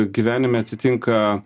gyvenime atsitinka